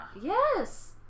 yes